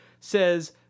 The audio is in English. says